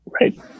Right